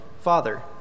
father